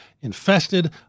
Infested